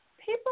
People